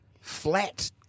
flat